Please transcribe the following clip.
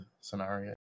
scenario